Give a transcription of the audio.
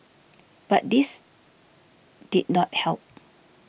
but this did not help